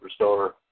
superstar